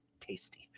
tasty